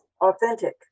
authentic